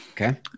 okay